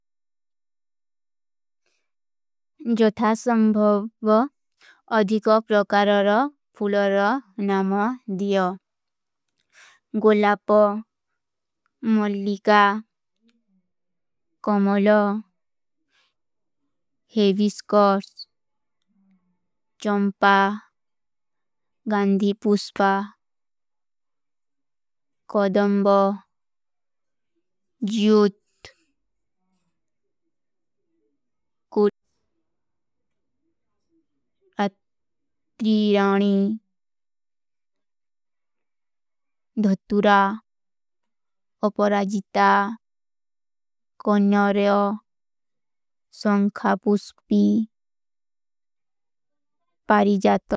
ଜୋଥା ସଂଭଵ ଅଧିକୋ ପ୍ରକାରର ଫୁଲର ନମ ଦିଯୋ। ଗୁଲାପୋ, ମୁଲ୍ଲିକା, କୌମଲୋ, ହେଵୀ ସ୍କୌର୍ସ, ଚୌଂପା, ଗାଂଧୀ ପୂସ୍ପା, କୌଦଂବୋ, ଜୂତ, ଅତ, ତ୍ରୀରାଣୀ, ଧୃତୁରା, ଓପରାଜିତା, କୌନ୍ଯାରଯୋ, ସୌଂଖାପୁସ୍ପୀ, ପାରିଜାତୋ।